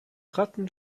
ratten